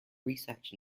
research